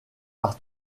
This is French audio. par